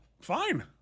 Fine